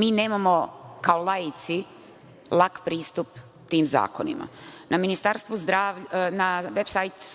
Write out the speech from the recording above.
mi nemamo kao laici lak pristup tim zakonima. Na veb-sajt